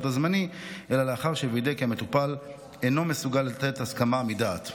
הזמני אלא לאחר שווידא כי המטופל אינו מסוגל לתת הסכמה מדעת.